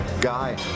guy